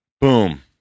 boom